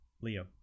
Leo